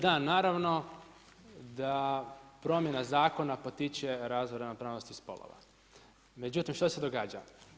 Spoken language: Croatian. Da, naravno da promjena zakona potiče razvoju ravnopravnosti spolova, međutim što se događa?